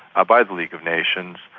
by the league of nations,